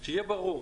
ושיהיה ברור,